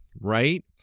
right